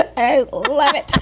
i love it,